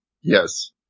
Yes